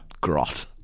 grot